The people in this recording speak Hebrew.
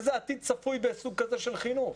איזה עתיד צפוי בסוג כזה של חינוך?